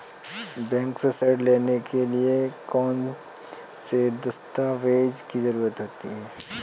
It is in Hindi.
बैंक से ऋण लेने के लिए कौन से दस्तावेज की जरूरत है?